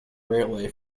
railway